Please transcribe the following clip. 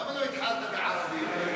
למה לא התחלת בערבים?